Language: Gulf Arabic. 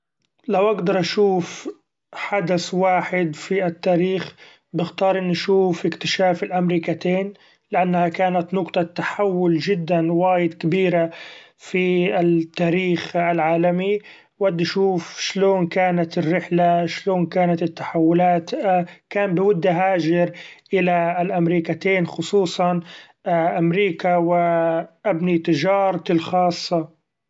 لو اقدر أشوف حدث واحد في التاريخ بختار إني شوف اكتشاف الأمريكتين ؛ لأنها كانت نقطة تحول جدا وايد كبيرة في التاريخ العالمي ، ودي شوف شلون كانت الرحلة شلون كانت التحولات ، كان بودي أهاجر إلي الأمريكتين خصوصا أمريكا و أبني تجارتي الخاصة.